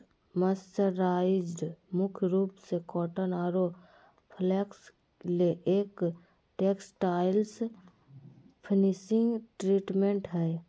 mercerised मुख्य रूप से कॉटन आरो फ्लेक्स ले एक टेक्सटाइल्स फिनिशिंग ट्रीटमेंट हई